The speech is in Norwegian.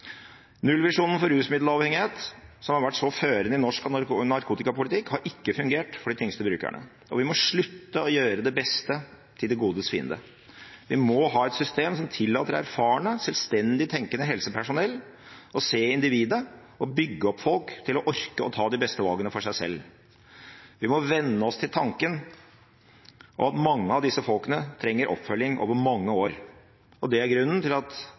Nullvisjonen for rusmiddelavhengighet, som har vært så førende i norsk narkotikapolitikk, har ikke fungert for de tyngste brukerne, og vi må slutte å gjøre det beste til det godes fiende. Vi må ha et system som tillater erfarent, selvstendig tenkende helsepersonell å se individet og bygge opp folk til å orke å ta de beste valgene for seg selv. Vi må venne oss til tanken på at mange av disse folkene trenger oppfølging over mange år. Det er grunnen til at